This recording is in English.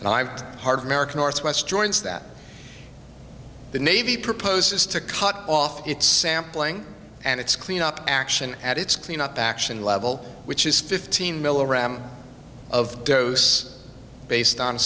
and i'm hard mark northwest joints that the navy proposes to cut off its sampling and its cleanup action at its cleanup action level which is fifteen milligram of dos based on